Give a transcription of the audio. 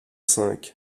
cinq